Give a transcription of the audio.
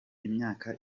imyaka